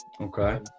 Okay